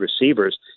receivers